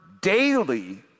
daily